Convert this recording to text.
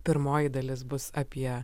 pirmoji dalis bus apie